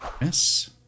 Yes